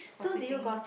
gossiping